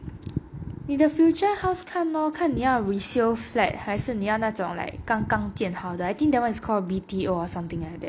你的 future house 看咯看你要 resale flat 还是你要那种 like 刚刚建好的 I think that one is called B_T_O or something like that